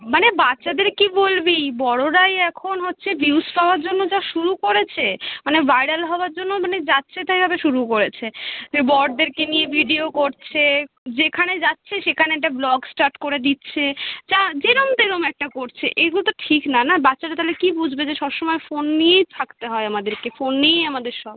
মানে বাচ্চাদেরকে কী বলবি বড়োরাই এখন হচ্ছে ভিউস পাওয়ার জন্য যা শুরু করেছে মানে ভাইরাল হওয়ার জন্য মানে যাচ্ছেতাইভাবে শুরু করেছে এ বরদেরকে নিয়ে ভিডিও করছে যেখানে যাচ্ছে সেখানে একটা ভ্লগ স্টার্ট করে দিচ্ছে যা যেরকম তেরকম একটা করছে এইগুলো তো ঠিক না না বাচ্চারা তাহলে কী বুঝবে যে সব সমায় ফোন নিয়েই থাকতে হয় আমাদেরকে ফোন নিয়েই আমাদের সব